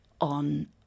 on